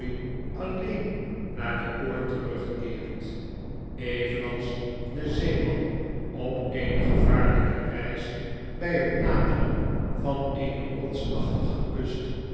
alleen naar de poort terugkeert evenals de zeeman op eene gevaariyke reis by het naderen van eene rotsachtigekust